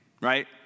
right